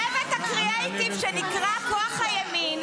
צוות הקריאייטיב שנקרא "כוח הימין",